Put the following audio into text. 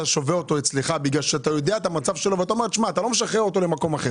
מחזיק אותו אצלך כי אתה יודע את המצב שלו ואתה לא משחרר אותו למקום אחר.